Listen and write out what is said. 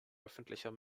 öffentlicher